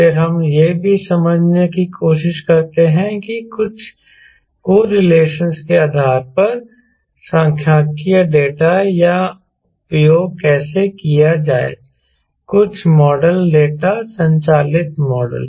फिर हम यह भी समझने की कोशिश करते हैं कि कुछ कोरिलेशनस के आधार पर सांख्यिकीय डेटा का उपयोग कैसे किया जाएकुछ मॉडल डेटा संचालित मॉडल